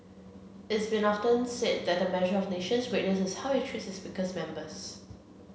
it's been often said that a measure of a nation's greatness is how it treats its weakest members